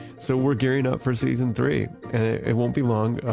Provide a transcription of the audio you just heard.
so we're gearing up for season three. and it won't be long, ah